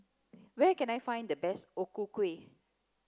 where can I find the best O Ku Kueh